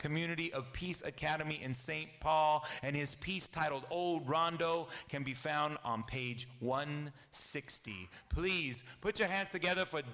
community of peace academy in st paul and his piece titled can be found on page one sixty please put your hands together for